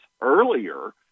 earlier